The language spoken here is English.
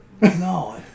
No